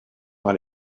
par